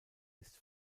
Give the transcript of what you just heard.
ist